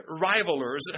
rivalers